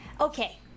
Okay